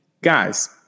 guys